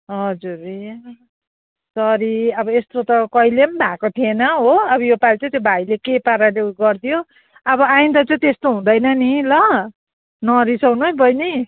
हजुर ए सरी अब यस्तो त कहिले पनि भएको थिएन हो अब योपालि चाहिँ त्यो भाइले के पाराले उयो गरिदियो अब आइन्दा चाहिँ त्यस्तो हुँदैन नि ल नरिसाउनु है बहिनी